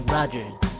Rogers